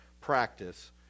practice